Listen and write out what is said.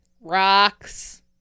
rocks